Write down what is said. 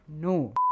No